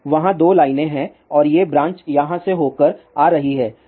तो वहाँ 2 लाइनें हैं और ये ब्रांच यहाँ से होकर आ रही हैं